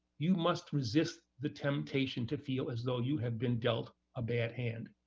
you must resist the temptation to feel as though you have been dealt a bad hand.